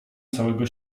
całego